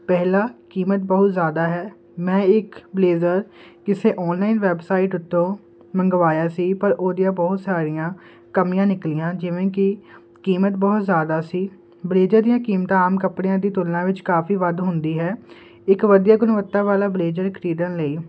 ਪਹਿਲਾ ਕੀਮਤ ਬਹੁਤ ਜਿਆਦਾ ਹੈ ਮੈਂ ਇੱਕ ਬਲੇਜ਼ਰ ਕਿਸੇ ਔਨਲਾਈਨ ਵੈਬਸਾਈਟ ਉੱਤੋਂ ਮੰਗਵਾਇਆ ਸੀ ਪਰ ਉਹਦੀਆਂ ਬਹੁਤ ਸਾਰੀਆਂ ਕਮੀਆਂ ਨਿਕਲੀਆਂ ਜਿਵੇਂ ਕੀ ਕੀਮਤ ਬਹੁਤ ਜ਼ਿਆਦਾ ਸੀ ਬਲੇਜ਼ਰ ਦੀਆਂ ਕੀਮਤਾਂ ਆਮ ਕੱਪੜਿਆਂ ਦੀ ਤੁਲਨਾ ਵਿੱਚ ਕਾਫ਼ੀ ਵੱਧ ਹੁੰਦੀ ਹੈ ਇੱਕ ਵਧੀਆ ਗੁਣਵੱਤਾ ਵਾਲਾ ਬਲੇਜਰ ਖਰੀਦਣ ਲਈ